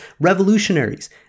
revolutionaries